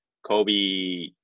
Kobe